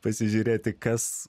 pasižiūrėti kas